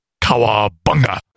Kawabunga